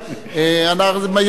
יש קושי.